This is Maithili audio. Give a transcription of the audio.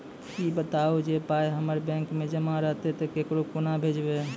ई बताऊ जे पाय हमर बैंक मे जमा रहतै तऽ ककरो कूना भेजबै?